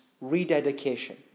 rededication